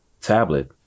tablet